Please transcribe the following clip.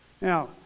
Now